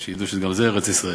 שידעו שגם זה ארץ-ישראל.